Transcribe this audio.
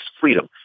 freedom